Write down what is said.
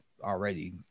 already